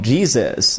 Jesus